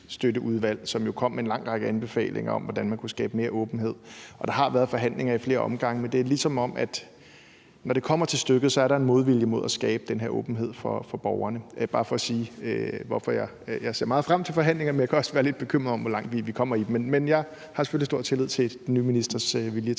som jo kom med en lang række anbefalinger om, hvordan man kunne skabe mere åbenhed, og der har været forhandlinger ad flere omgange, men det er ligesom om, at når det kommer til stykket, er der en modvilje mod at skabe den her åbenhed for borgerne. Det er bare for at sige, hvorfor jeg ser meget frem til forhandlingerne, men at jeg også kan være lidt bekymret for, hvor langt vi kommer i dem. Men jeg har selvfølgelig stor tillid til den nye ministers vilje